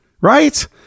Right